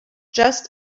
just